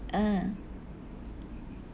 mm